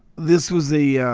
this was a yeah